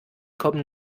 kommen